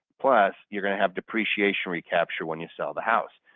plus you're going to have depreciation recapture when you sell the house.